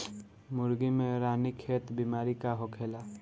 मुर्गी में रानीखेत बिमारी का होखेला?